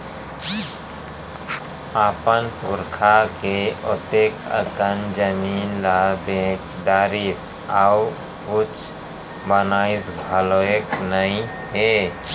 अपन पुरखा के ओतेक अकन जमीन ल बेच डारिस अउ कुछ बनइस घलोक नइ हे